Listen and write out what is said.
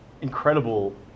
incredible